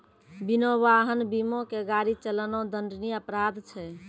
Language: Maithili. बिना वाहन बीमा के गाड़ी चलाना दंडनीय अपराध छै